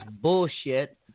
bullshit